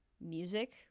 music